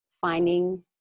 finding